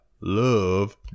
love